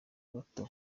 bato